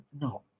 No